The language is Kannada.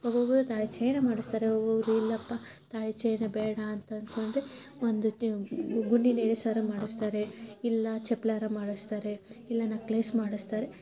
ಒಬ್ಬೊಬ್ರು ತಾಳಿ ಚೈನ ಮಾಡಿಸ್ತಾರೆ ಒಬ್ಬೊಬ್ರು ಇಲ್ಲಪ್ಪ ತಾಳಿ ಚೈನ ಬೇಡ ಅಂತ ಅಂದ್ಕೊಂಡು ಒಂದು ಗುಂಡಿ ಸರ ಮಾಡಿಸ್ತಾರೆ ಇಲ್ಲ ಚಪ್ಲಾರ ಮಾಡಿಸ್ತಾರೆ ಇಲ್ಲ ನಕ್ಲೇಸ್ ಮಾಡಿಸ್ತಾರೆ